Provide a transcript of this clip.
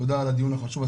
תודה על הדיון החשוב.